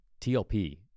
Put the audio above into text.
TLP